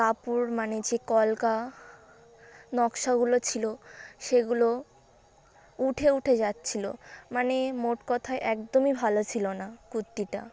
কাপড় মানে যে কলকা নকশাগুলো ছিল সেগুলো উঠে উঠে যাচ্ছিল মানে মোট কথা একদমই ভালো ছিল না কুর্তিটা